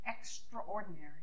extraordinary